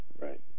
Right